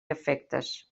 efectes